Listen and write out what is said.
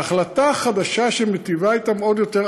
ההחלטה החדשה מיטיבה אתם עוד יותר,